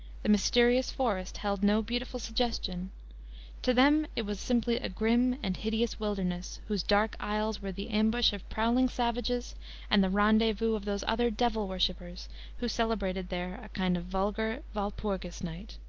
the mysterious forest held no beautiful suggestion to them it was simply a grim and hideous wilderness, whose dark aisles were the ambush of prowling savages and the rendezvous of those other devil-worshipers who celebrated there a kind of vulgar walpurgis night.